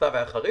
המכתב היה חריף?